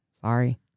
sorry